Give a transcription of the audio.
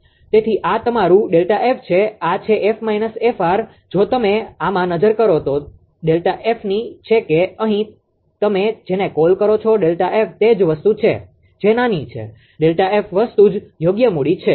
તેથી આ તમારું ΔF છે આ છે 𝑓 − 𝑓𝑟 જો તમે આમાં નજર કરો તો ΔF ની છે કે અહીં તમે જેને કોલ કરો છો ΔF તે જ વસ્તુ છે જે નાની છે ΔF વસ્તુ જ યોગ્ય મૂડી છે